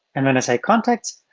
and when i say contacts,